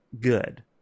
good